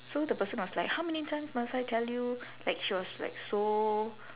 so the person was like how many times must I tell you like she was like so